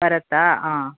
ಬರುತ್ತಾ ಹಾಂ